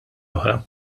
oħra